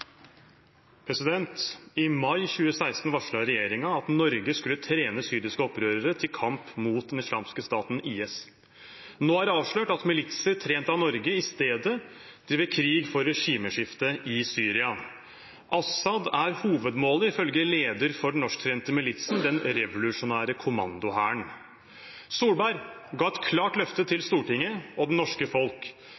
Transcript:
I mai 2016 varslet regjeringen at Norge skulle trene syriske opprørere til kamp mot Den islamske staten, IS. Nå er det avslørt at militser trent av Norge i stedet driver krig for regimeskifte i Syria. Assad er hovedmålet, ifølge leder for den norsktrente militsen, den revolusjonære kommandohæren. Solberg ga et klart løfte til